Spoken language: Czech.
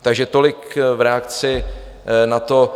Takže tolik v reakci na to.